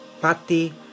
pati